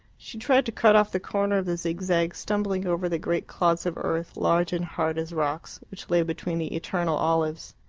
she tried to cut off the corner of the zigzag, stumbling over the great clods of earth, large and hard as rocks, which lay between the eternal olives.